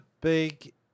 big